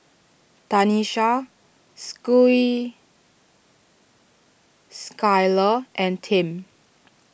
Tanisha Schuyler and Tim